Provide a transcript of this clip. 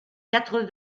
quatre